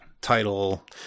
title